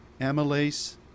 amylase